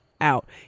out